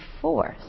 force